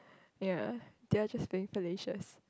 ya they are just being platinous